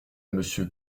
monsieur